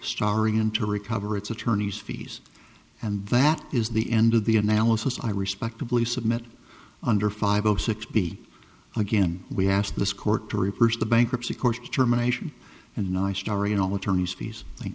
starring in to recover its attorney's fees and that is the end of the analysis i respectively submit under five o six b again we ask this court to reverse the bankruptcy courts determination and nice story in all attorney's fees thank